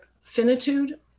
finitude